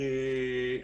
נוספת,